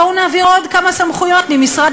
בואו נעביר עוד כמה סמכויות ממשרד